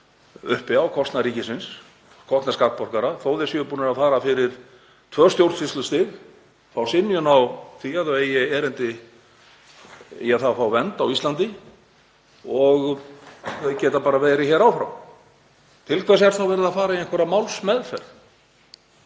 uppi á kostnað ríkisins, kostnað skattborgara, þótt þeir séu búnir að fara fyrir tvö stjórnsýslustig, fá synjun á því að þau eigi erindi í að fá vernd á Íslandi og þau geta bara verið hérna áfram. Til hvers er þá verið að fara í einhverja málsmeðferð?